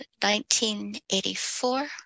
1984